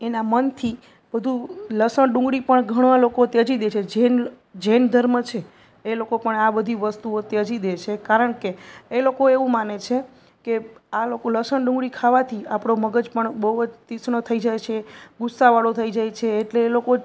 એના મનથી બધું લસણ ડુંગળી પણ ઘણા લોકો ત્યજી દે છે જૈન જૈન ધર્મ છે એ લોકો પણ આ બધી વસ્તુઓ ત્યજી દે છે કારણ કે એ લોકો એવું માને છે કે આ લોકો લસણ ડુંગળી ખાવાથી આપણો મગજ પણ બહુ જ તિક્ષ્ણ થઈ જાય છે ગુસ્સા વાળો થઈ જાય છે એટલે એ લોકો